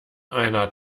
einer